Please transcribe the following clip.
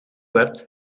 wet